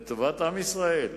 לטובת עם ישראל: